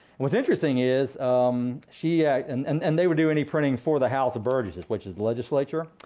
what's interesting is um she, yeah and and and they would do any printing for the house of burgesses, which is the legislature.